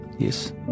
Yes